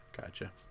gotcha